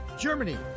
Germany